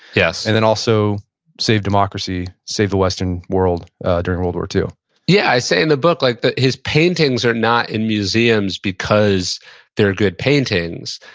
yeah and then also save democracy, save the western world during world war two yeah, i say in the book, like his paintings are not in museums because they're good paintings,